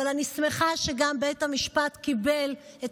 אבל אני שמחה שגם בית המשפט קיבל את